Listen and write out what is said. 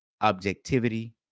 objectivity